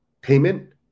payment